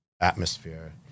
atmosphere